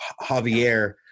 Javier